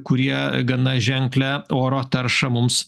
kurie gana ženklią oro taršą mums